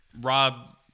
Rob